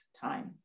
time